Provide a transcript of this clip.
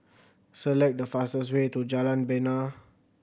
select the fastest way to Jalan Bena